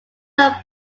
are